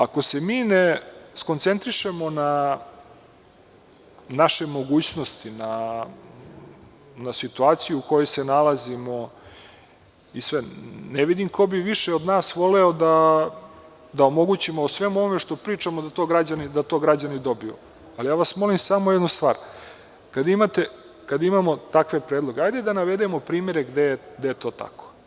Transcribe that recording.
Ako se mi ne skoncentrišemo na naše mogućnosti, na situaciju u kojoj se nalazimo i sve, ne vidim ko bi više od nas voleo da omogućimo o svemu ovome što pričamo, da to građani dobiju, ali ja vas molim samo jednu stvar, kada imamo takve predloge, ajde da navedemo primere gde je to tako.